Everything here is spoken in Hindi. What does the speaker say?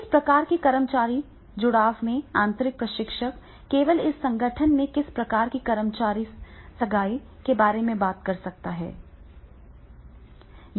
इस प्रकार के कर्मचारी जुड़ाव में आंतरिक प्रशिक्षक केवल इस संगठन में किस प्रकार की कर्मचारी सगाई के बारे में बात कर सकेगा